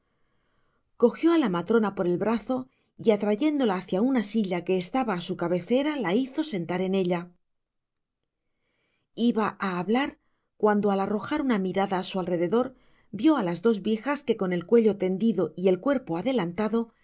cojió á la matrona por el brazo y atrayéndola hacia una silla que estaba á su cabecera la hizo sentar en ella iba á hablar cuando al arrojar una mirada á su alrededor vio á las dos viejas que con el cuello tendido y el cuerpo adelantado